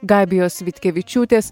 gabijos vitkevičiūtės